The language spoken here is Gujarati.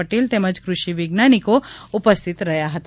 પટેલ તેમજ કૃષિ વૈજ્ઞાનિકો ઉપસ્થિત રહ્યા હતા